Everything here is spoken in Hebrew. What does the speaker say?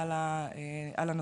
על הנושא.